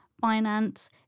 finance